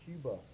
Cuba